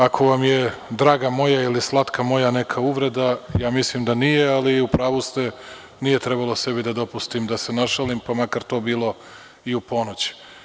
Ako vam je „draga moja“ ili „slatka moja“ neka uvreda, ja mislim da nije, ali u pravu ste, nije trebalo sebi da dopustim da se našalim pa makar to bilo i u ponoć.